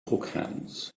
hookahs